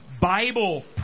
Bible